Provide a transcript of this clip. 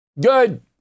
Good